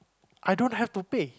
I don't have to pay